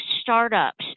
startups